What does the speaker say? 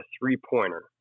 three-pointer